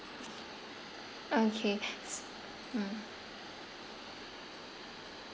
okay s~ mm